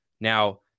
Now